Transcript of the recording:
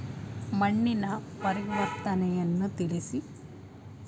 ಮಣ್ಣಿನ ಪರಿವರ್ತನೆಯನ್ನು ತಿಳಿಸಿ?